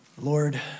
Lord